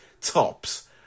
Tops